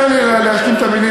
תן לי להשלים את המילים,